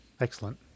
Excellent